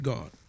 God